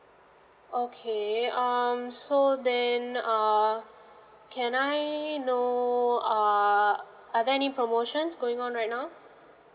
okay um so then err can I know err are there any promotions going on right now